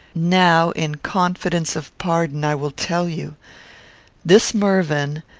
now, in confidence of pardon, i will tell you this mervyn,